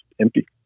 empty